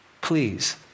Please